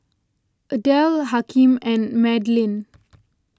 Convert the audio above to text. Adelle Hakeem and Madalyn